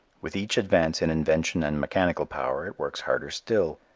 with each advance in invention and mechanical power it works harder still.